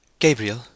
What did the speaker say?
Gabriel